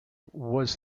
was